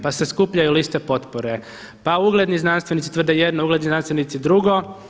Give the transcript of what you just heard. Pa se skupljaju liste potpore, pa ugledni znanstvenici tvrde jedno, ugledni znanstvenici drugo.